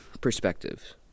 Perspectives